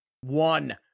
One